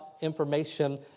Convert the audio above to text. information